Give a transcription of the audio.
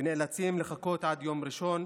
ונאלצים לחכות עד יום ראשון,